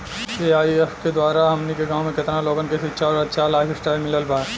AIF के द्वारा हमनी के गांव में केतना लोगन के शिक्षा और अच्छा लाइफस्टाइल मिलल बा